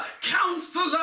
Counselor